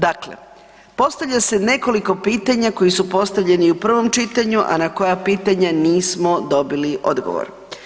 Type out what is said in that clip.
Dakle, postavlja se nekoliko pitanja koji su postavljeni i u prvom čitanju, a na koja pitanja nismo dobili odgovor.